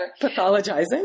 pathologizing